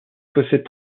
possède